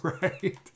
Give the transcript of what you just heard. Right